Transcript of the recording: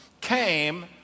came